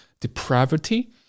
depravity